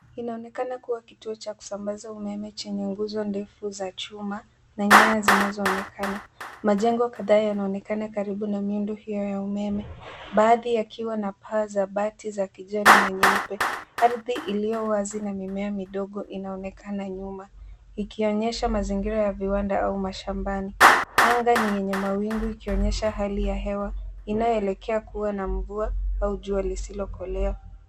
Inaonekana kuwa kituo cha kusambaza umeme chenye nguzo ndefu za chuma na nyaya zinazoonekana. Majengo kadhaa yanaonekana karibu na muindo hiyo ya umeme. Baadhi yakiwa na paa za bati za kijani na nyeupe. Ardhi iliyowazi na mimea midogo inaonekana nyuma. Ikionyesha mazingira ya viwanda au mashambani. Anga ni yenye mawingu ikionyesha hali ya hewa inayoelekea kuwa na mvua au jua lisilokolea.